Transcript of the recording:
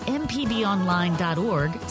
mpbonline.org